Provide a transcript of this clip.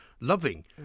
loving